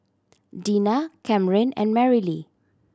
Dinah Camryn and Marylee